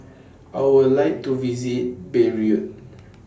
I Would like to visit Beirut